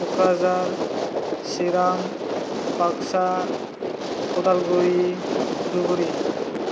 Kokrajhar Chirang Baksa Udalguri Dhubri